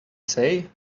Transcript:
say